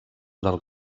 del